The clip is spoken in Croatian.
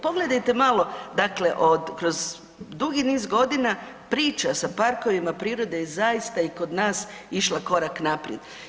Pogledajte malo dakle od, kroz dugi niz godina priča sa parkovima prirode je zaista i kod nas išla korak naprijed.